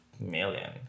million